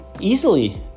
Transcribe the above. easily